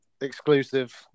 Exclusive